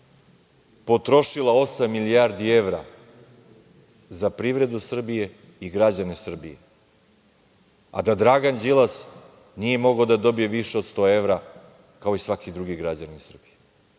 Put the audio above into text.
potrošila osam milijardi evra za privredu Srbije i građane Srbije, a da Dragan Đilas nije mogao da dobije više od sto evra kao i svaki drugi građanin Srbije.